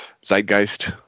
zeitgeist